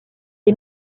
est